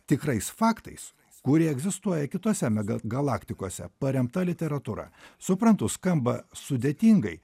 tikrais faktais kurie egzistuoja kitose megagalaktikose paremta literatūra suprantu skamba sudėtingai